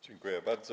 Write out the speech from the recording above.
Dziękuję bardzo.